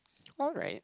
alright